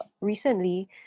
recently